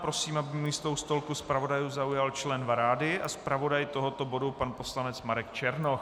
Prosím, aby místo u stolku zpravodajů zaujal člen vlády a zpravodaj tohoto bodu pan poslanec Marek Černoch.